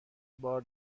بار